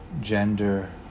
gender